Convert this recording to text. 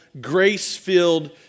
grace-filled